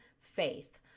faith